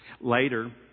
Later